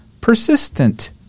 persistent